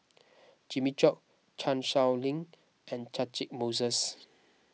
Jimmy Chok Chan Sow Lin and Catchick Moses